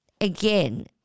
again